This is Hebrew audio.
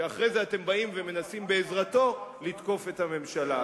ואחרי זה אתם באים ומנסים בעזרתו לתקוף את הממשלה.